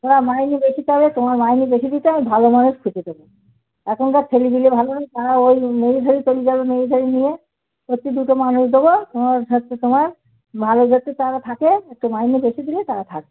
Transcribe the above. হ্যাঁ মাইনে বেশি থাকলে তোমার মাইনে বেশি দিতে হবে তোমার ভালো মানুষ খুঁজে দেবো এখনকার ছেলেপিলে ভালো নয় হ্যাঁ ওই মেরে ঠেরে চলে যাবে মেরে ঠেরে নিয়ে এর চেয়ে দুটো মানুষ দেবো তোমার হচ্ছে তোমার ভালো যাতে তারা থাকে একটু মাইনে বেশি দিলে তারা থাকবে